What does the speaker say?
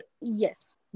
yes